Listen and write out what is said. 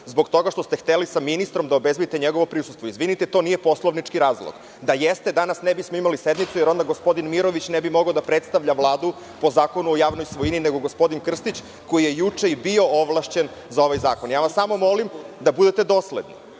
zbog toga što ste hteli sa ministrom da obezbedite njegovo prisustvo. Izvinite, to nije poslovnički razlog. Da jeste, danas ne bismo imali sednicu, jer onda gospodin Mirović ne bi moga da predstavlja Vladu po Zakonu o javnoj svojini, nego gospodin Krstić, koji je juče i bio ovlašćen za ovaj zakon. Samo vas molim da budete dosledni